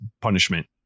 punishment